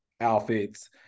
outfits